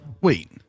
Wait